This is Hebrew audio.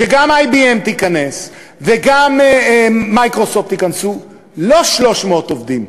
שגם IBM תיכנס וגם "מיקרוסופט" לא 300 עובדים,